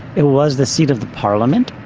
it was the seat of the parliament,